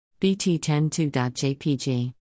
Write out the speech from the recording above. BT102.jpg